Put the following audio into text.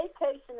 vacation